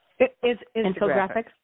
Infographics